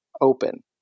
open